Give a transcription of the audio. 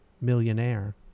millionaire